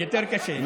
יותר קשה,